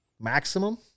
maximum